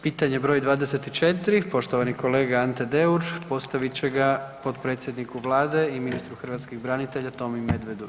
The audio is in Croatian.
Pitanje broj 24 poštovani kolega Ante Deur postavit će ga potpredsjedniku Vlade i ministru hrvatskih branitelja Tomi Medvedu.